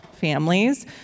families